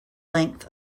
length